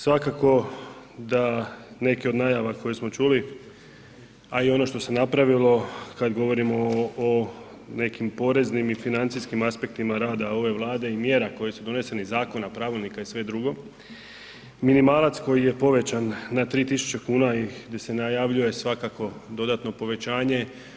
Svakako da neke od najava koje smo čuli, a i ono što se napravilo kada govorimo o nekim poreznim i financijskim aspektima rada ove Vlade i mjera koji su doneseni iz zakona, pravilnika i sve druge, minimalac koji je povećan na 3.000 kuna i da se najavljuje svakako dodatno povećanje.